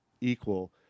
equal